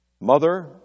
mother